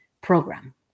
program